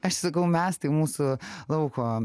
aš sakau mes tai mūsų lauko